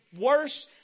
worse